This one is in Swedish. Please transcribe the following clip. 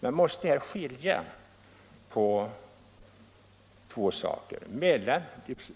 Man måste här skilja mellan